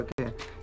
okay